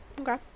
okay